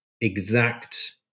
exact